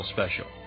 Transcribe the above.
Special